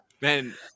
Man